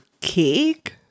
cake